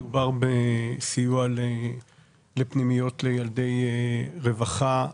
מדובר בסיוע לפנימיות לילדי רווחה,